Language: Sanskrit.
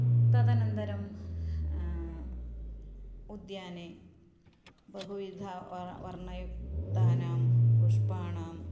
तदनन्तरं उद्याने बहुविध वार् वर्णयुक्तानां पुष्पाणां